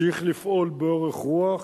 צריך לפעול באורך רוח,